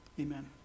Amen